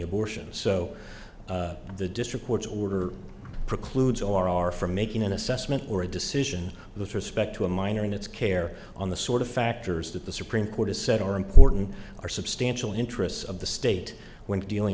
abortion so the district court's order precludes or are from making an assessment or a decision with respect to a minor in its care on the sort of factors that the supreme court has said are important or substantial interests of the state when dealing